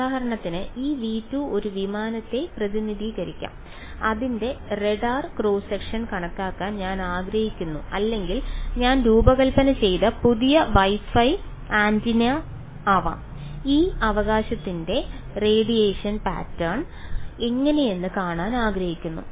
ഉദാഹരണത്തിന് ഈ V2 ഒരു വിമാനത്തെ പ്രതിനിധീകരിക്കാം അതിന്റെ റഡാർ ക്രോസ് സെക്ഷൻ കണക്കാക്കാൻ ഞാൻ ആഗ്രഹിക്കുന്നു അല്ലെങ്കിൽ ഞാൻ രൂപകൽപ്പന ചെയ്ത പുതിയ Wi Fi ആന്റിന ആവാം ഈ അവകാശത്തിന്റെ റേഡിയേഷൻ പാറ്റേൺ എങ്ങനെയെന്ന് കാണാൻ ആഗ്രഹിക്കുന്നു